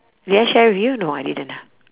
did I share with you no I didn't ah